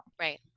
Right